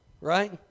right